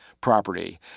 property